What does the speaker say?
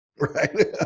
Right